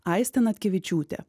aistė natkevičiūtė